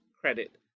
credit